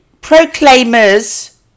Proclaimers